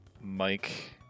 Mike